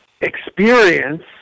experience